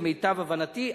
למיטב הבנתי,